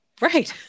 Right